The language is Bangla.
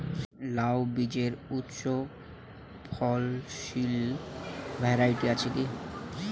লাউ বীজের উচ্চ ফলনশীল ভ্যারাইটি আছে কী?